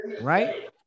Right